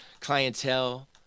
clientele